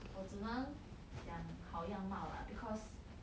我只能讲好样貌 lah because